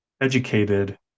educated